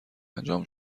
انجام